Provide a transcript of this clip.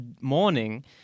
morning